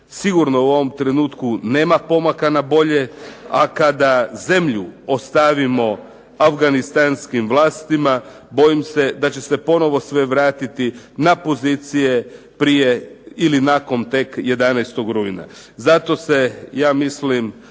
sigurno u ovom trenutku nema pomaka na bolje a kada zemlju ostavimo afganistanskim vlastima bojim se da će se ponovo sve vratiti na pozicije prije ili nakon tek 11. rujna. Zato se ja mislim